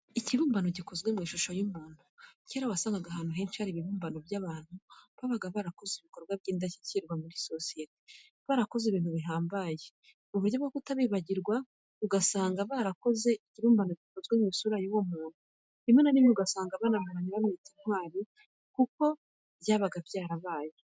Ikibumbano gikozwe mu ishusho y'umuntu, cyera wasangaga ahantu henshi hari ibibumbano by'abantu babaga barakoze ibikorwa by'indashyikirwa muri sosiyete, barakoze ibintu bihambaye mu buryo bwo kutibagirana, ugasanga barakoze ikibumbano gikozwe mu isura y'uwo muntu. Rimwe na rimwe ugasanga banamuramya bamwita intwari kandi koko byabaga byarabaye.